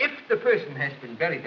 if the person has been very